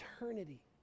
eternity